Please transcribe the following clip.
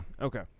Okay